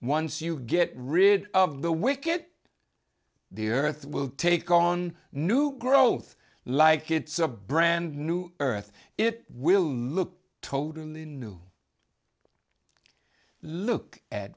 once you get rid of the wick it the earth will take on new growth like it's a brand new earth it will look totally new look at